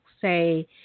say